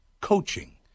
Coaching